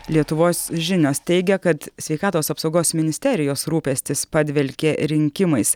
lietuvos žinios teigia kad sveikatos apsaugos ministerijos rūpestis padvelkė rinkimais